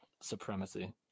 supremacy